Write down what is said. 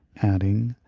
adding,